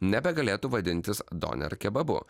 nebegalėtų vadintis doner kebabu